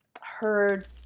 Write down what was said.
heard